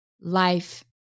life